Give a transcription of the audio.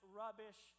rubbish